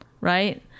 Right